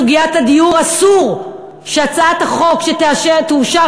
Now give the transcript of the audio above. בסוגיית הדיור אסור שהצעת החוק שתאושר